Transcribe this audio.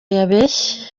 yabeshye